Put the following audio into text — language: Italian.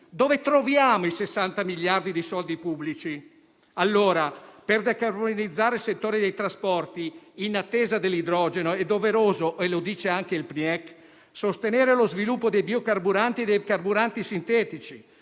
Dove troviamo i 60 miliardi di euro di soldi pubblici? Allora, per decarbonizzare il settore dei trasporti, in attesa dell'idrogeno, è doveroso - e lo dice anche il PNIEC - sostenere lo sviluppo dei biocarburanti e dei carburanti sintetici,